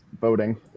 voting